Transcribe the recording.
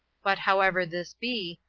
but however this be,